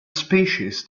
species